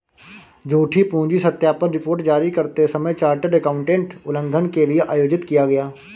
झूठी पूंजी सत्यापन रिपोर्ट जारी करते समय चार्टर्ड एकाउंटेंट उल्लंघन के लिए आयोजित किया गया